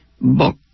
book